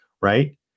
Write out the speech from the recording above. right